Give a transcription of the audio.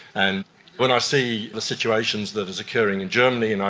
and when i see this situation that is occurring in germany, you know,